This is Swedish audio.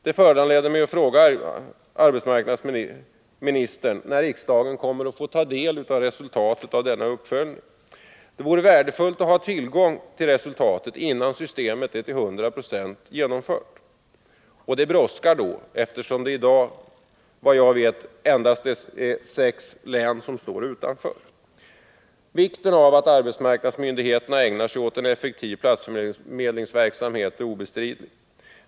Det föranleder mig att fråga arbetsmarknadsministern när riksdagen kommer att få del av resultatet av denna uppföljning. Det vore värdefullt att ha tillgång till resultatet innan systemet är till 100 96 genomfört, och det brådskar då, eftersom det i dag — såvitt jag vet — endast är sex län som står utanför. Vikten av att arbetsmarknadsmyndigheterna ägnar sig åt en effektiv platsförmedlingsverksamhet är obestridlig.